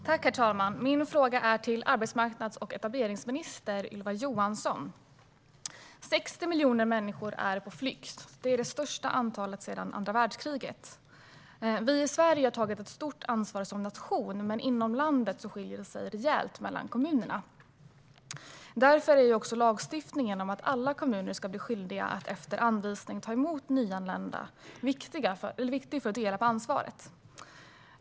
Herr talman! Min fråga går till arbetsmarknads och etableringsminister Ylva Johansson. 60 miljoner människor är på flykt. Det är det största antalet sedan andra världskriget. Vi i Sverige har tagit ett stort ansvar som nation, men inom landet skiljer det sig rejält mellan kommunerna. Därför är lagstiftningen om att alla kommuner ska bli skyldiga att efter anvisning ta emot nyanlända viktig för att dela på ansvaret.